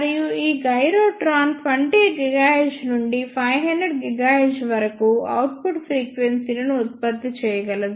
మరియు ఈ gyrotron 20 GHz నుండి 500 GHz వరకు అవుట్పుట్ ఫ్రీక్వెన్సీలను ఉత్పత్తి చేయగలదు